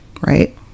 right